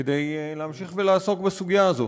כדי להמשיך ולעסוק בסוגיה הזאת.